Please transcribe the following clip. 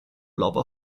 love